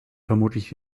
vermutlich